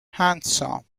handsome